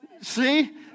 See